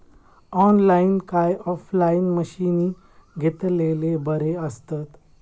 Online काय offline मशीनी घेतलेले बरे आसतात?